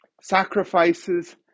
sacrifices